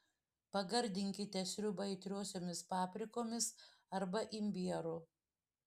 pagardinkite sriubą aitriosiomis paprikomis arba imbieru